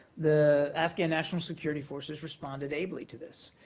the afghan national security forces responded ably to this,